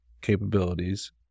capabilities